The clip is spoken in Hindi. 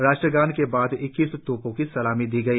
राष्ट्रगान के बाद इक्कीस तोपों की सलामी दी गई